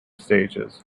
stages